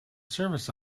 service